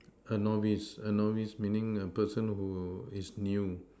a novice a novice meaning a person who is new